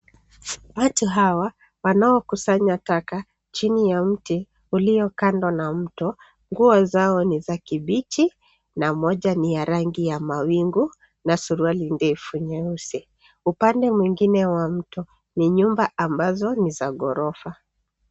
Watu hawa wanaokusanya taka chini ya mti ulio kando na mto. Nguo zao ni za kibichi na moja ni ya rangi ya mawingu na suruali ndefu nyeusi. Upande mwingine wa mto ni nyumba ambazo ni za ghorofa.